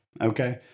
Okay